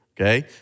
okay